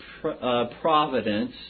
providence